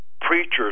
Preachers